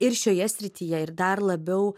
ir šioje srityje ir dar labiau